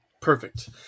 Perfect